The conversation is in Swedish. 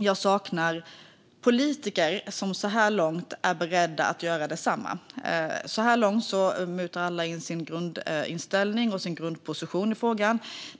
Jag saknar så här långt politiker som är beredda att göra detsamma. Så här långt mutar alla in sin grundinställning och sin grundposition i frågan.